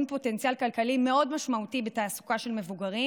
פוטנציאל כלכלי משמעותי מאוד בתעסוקה של מבוגרים,